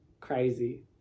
crazy